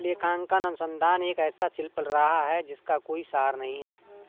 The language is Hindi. लेखांकन अनुसंधान एक ऐसा शिल्प रहा है जिसका कोई सार नहीं हैं